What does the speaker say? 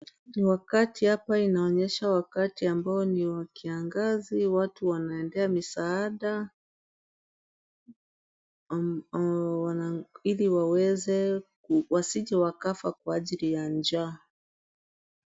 Wakati hapa inaonyesha wakati wa kiangazi watu wanaendea misaada, ili wasije wakafa kwa ajili ya njaa.